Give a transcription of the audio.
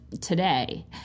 today